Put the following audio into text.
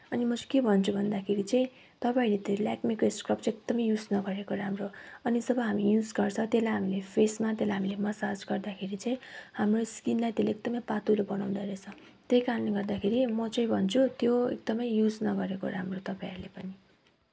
अनि म चाहिँ के भन्छु भन्दाखेरि चाहिँ तपाईँहरूले त्यो लेक्मीको स्क्रब चाहिँ एकदमै युज नगरेको राम्रो अनि जब हामी युज गर्छ त्यसलाई हामीले फेसमा त्यसलाई हामीले मसाज गर्दाखेरि चाहिँ हाम्रो स्किनलाई त्यसले एकदमै पातलो बनाउँदो रहेछ त्यही कारणले गर्दाखेरि म चाहिँ भन्छु त्यो एकदमै युज नगरेको राम्रो तपाईँहरूले पनि